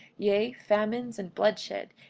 yea, famines and bloodshed,